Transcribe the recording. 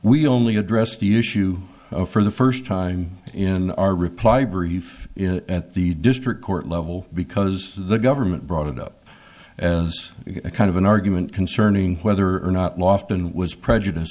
we only addressed the issue for the first time in our reply brief at the district court level because the government brought it up as a kind of an argument concerning whether or not lost in was prejudice